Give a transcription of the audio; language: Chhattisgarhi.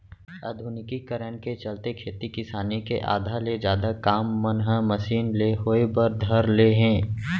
आधुनिकीकरन के चलते खेती किसानी के आधा ले जादा काम मन ह मसीन ले होय बर धर ले हे